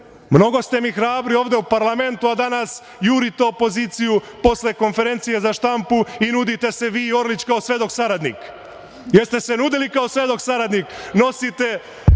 Mnogo ste mi hrabri ovde u parlamentu, a danas jurite opoziciju posle konferencije za štampu i nudite se vi i Orlić kao svedok saradnik. Da li ste se nudili kao svedok saradnik? Nosite